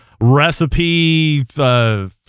recipe